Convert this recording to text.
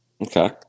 Okay